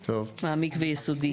מעמיק ויסודי.